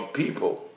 people